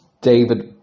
David